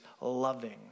loving